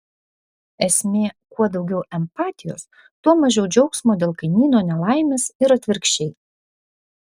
esmė kuo daugiau empatijos tuo mažiau džiaugsmo dėl kaimyno nelaimės ir atvirkščiai